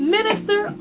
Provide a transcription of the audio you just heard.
Minister